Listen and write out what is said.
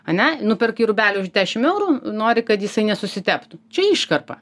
ane nuperki rūbelį už dešim eurų nori kad jisai nesusiteptų čia iškarpa